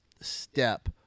step